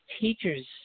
teacher's